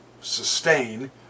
sustain